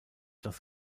das